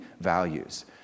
values